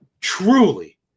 truly